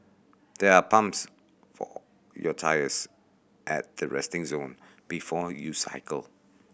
there are pumps for your tyres at the resting zone before you cycle